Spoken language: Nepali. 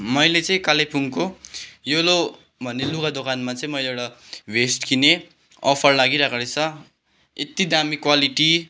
मैले चाहिँ कालेबुङको योलो भन्ने लुगा दोकानमा चाहिँ मैले एउटा भेस्ट किनेँ अफर लागिरहेको रहेछ यत्ति दामी क्वालिटी